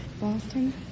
Boston